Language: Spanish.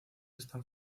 están